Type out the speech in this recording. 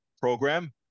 program